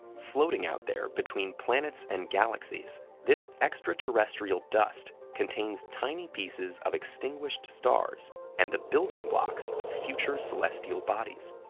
floating out there between planets and galaxies, this extraterrestrial dust contains tiny pieces of extinguished stars and the building blocks of future celestial bodies.